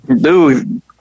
Dude